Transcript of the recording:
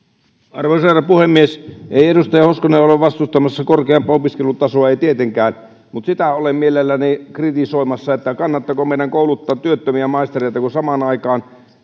arvoisa herra puhemies ei edustaja hoskonen ole vastustamassa korkeampaa opiskelutasoa ei tietenkään mutta sitä olen mielelläni kritisoimassa että kannattaako meidän kouluttaa työttömiä maistereita kun samaan aikaan